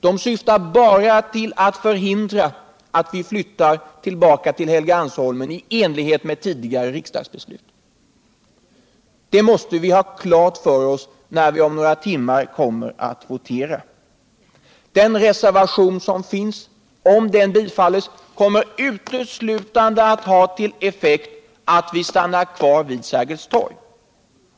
De syftar bara till att förhindra att vi flyttar tillbaka till Helgeandsholmen i enlighet med tidigare riksdagsbeslut. Det måste vi ha klart för oss när vi om några tummar kommer att votera. Om den reservation som finns bifalles kommer det uteslutande att få till effekt att vi stannar kvar vid Sergels torg.